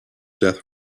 death